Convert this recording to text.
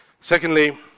Secondly